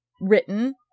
written